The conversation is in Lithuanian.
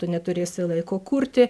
tu neturėsi laiko kurti